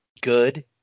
good